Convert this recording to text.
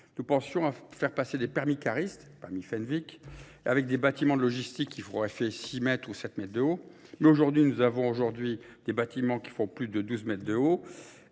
nous pensions à faire passer des permis charistes, parmi Fenwick, avec des bâtiments de logistique qui feront effet 6 mètres ou 7 mètres de haut. Mais aujourd'hui nous avons des bâtiments qui font plus de 12 mètres de haut.